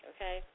Okay